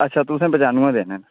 अच्छा तुसें पचानवैं देने न